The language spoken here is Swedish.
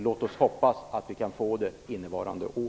Låt oss hoppas att vi kan få det innevarande år.